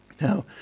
Now